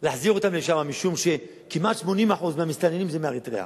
להחזיר אותם לשם משום שכמעט 80% מהמסתננים הם מאריתריאה,